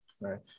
Right